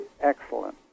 excellent